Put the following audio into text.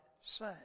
say